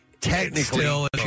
technically